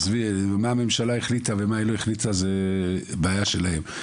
עזבי מה הממשלה החליטה ומה היא לא החליטה זו בעיה שלהם.